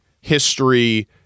history